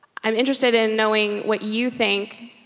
i'm interested in knowing what you think